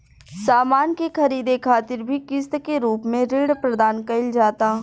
सामान के ख़रीदे खातिर भी किस्त के रूप में ऋण प्रदान कईल जाता